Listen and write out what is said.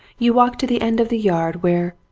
you walk to the end of the yard where,